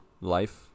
life